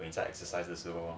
在 exercise 的时候